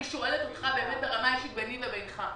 אני שואלת אותך ברמה האישית ביני לבינך,